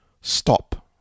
stop